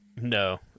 No